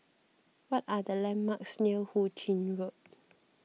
what are the landmarks near Hu Ching Road